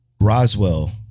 Roswell